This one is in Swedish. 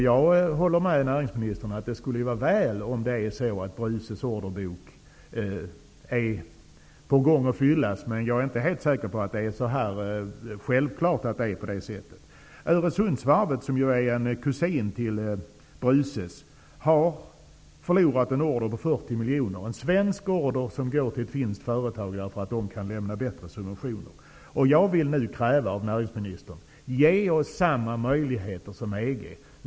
Jag håller med näringsministern om att det skulle vara väl om Bruces orderbok är på väg att fyllas, men jag är inte helt säker på att det är på det sättet. Öresundsvarvet, som är en kusin till Bruces, har förlorat en order på 40 miljoner. Det var en svensk order som gick till ett finskt företag, därför att man kan lämna bättre subventioner. Jag vill nu kräva av näringsministern: Ge oss samma möjligheter som EG!